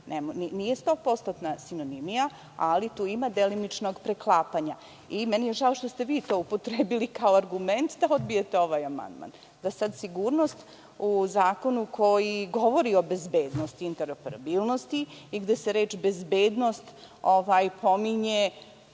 sinonimija, ali tu ima delimičnog preklapanja. Žao mi je što ste vi to upotrebili kao argument da odbijete ovaj amandman, da sigurnost u zakonu koji govori o bezbednosti i interoperabilnosti i gde se reč „bezbednost“ pominje